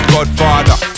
Godfather